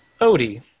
Odie